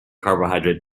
carbohydrate